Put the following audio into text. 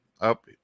up